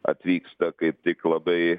atvyksta kaip tik labai